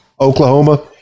Oklahoma